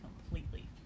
completely